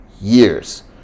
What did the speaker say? years